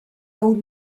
old